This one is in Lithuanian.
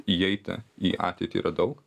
įeiti į ateitį yra daug